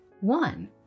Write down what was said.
one